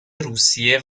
روسیه